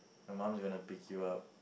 your mum is gonna pick you up